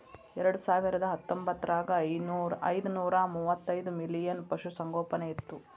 ಎರೆಡಸಾವಿರದಾ ಹತ್ತೊಂಬತ್ತರಾಗ ಐದನೂರಾ ಮೂವತ್ತೈದ ಮಿಲಿಯನ್ ಪಶುಸಂಗೋಪನೆ ಇತ್ತು